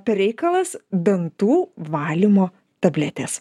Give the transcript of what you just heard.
per reikalas dantų valymo tabletės